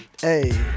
Hey